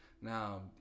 Now